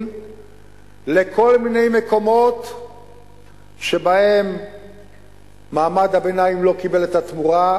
לכל מיני מקומות שבהם מעמד הביניים לא קיבל את התמורה,